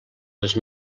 les